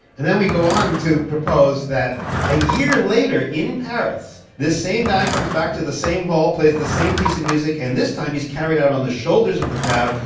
and then we go on to propose that a year later in paris this same guy goes back to the same hall, plays the same piece of music, and this time he is carried out on the shoulders of the crowd.